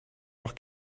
leurs